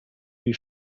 die